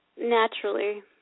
Naturally